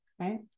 right